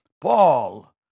Paul